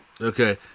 Okay